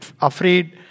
afraid